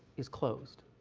is closed.